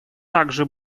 также